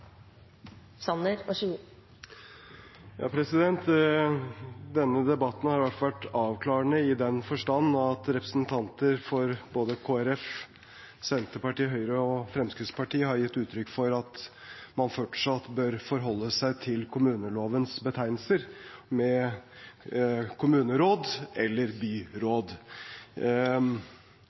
Denne debatten har i hvert fall vært avklarende, i den forstand at representanter fra både Kristelig Folkeparti, Senterpartiet, Høyre og Fremskrittspartiet har gitt uttrykk for at man fortsatt bør forholde seg til kommunelovens betegnelser, med kommuneråd eller byråd.